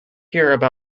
hear